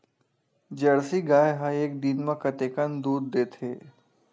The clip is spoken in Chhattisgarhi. जर्सी गाय ह एक दिन म कतेकन दूध देथे?